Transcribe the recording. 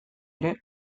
ere